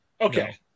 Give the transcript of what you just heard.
Okay